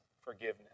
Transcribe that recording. forgiveness